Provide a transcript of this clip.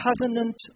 covenant